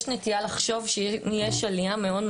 יש נטייה לחשוב שאם יש עלייה מאוד,